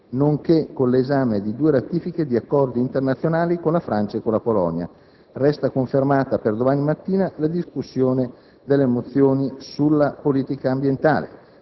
nonché con l'esame di due ratifiche di accordi internazionali con la Francia e con la Polonia. Resta confermata, per domani mattina, la discussione delle mozioni sulla politica ambientale.